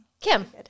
Kim